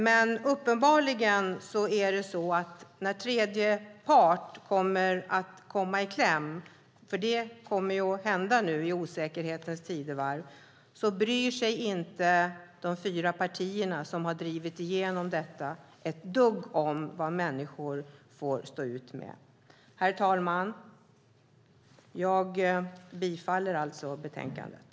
Men när tredje part kommer i kläm, för det kommer att hända nu i osäkerhetens tidevarv, bryr sig uppenbarligen inte de fyra partier som har drivit igenom detta ett dugg om vad människor får stå ut med. Herr talman! Jag yrkar bifall till förslaget i betänkandet.